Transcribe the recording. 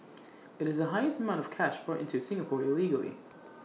IT is the highest amount of cash brought into Singapore illegally